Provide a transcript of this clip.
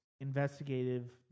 investigative